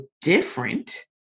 different